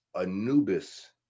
anubis